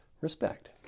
Respect